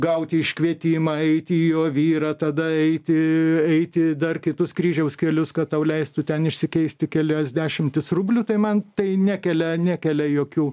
gauti iškvietimą eiti į ovyrą tada eiti eiti dar kitus kryžiaus kelius kad tau leistų ten išsikeisti kelias dešimtis rublių tai man tai nekelia nekelia jokių